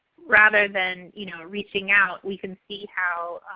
rather than you know reaching out we can see how